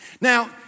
Now